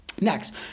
Next